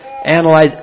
analyze